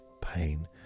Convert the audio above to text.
pain